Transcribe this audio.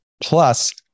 Plus